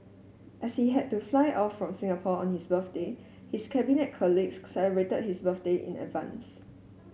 as he had to fly off from Singapore on his birthday his Cabinet colleagues celebrated his birthday in advance